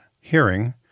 hearing